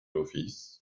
l’office